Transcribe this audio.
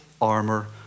armor